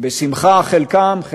חלקם בשמחה,